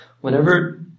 Whenever